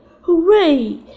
Hooray